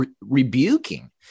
rebuking